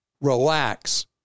relax